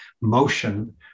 motion